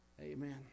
Amen